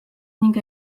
ning